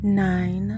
nine